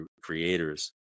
creators